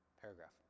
paragraph